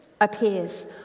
appears